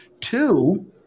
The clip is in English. Two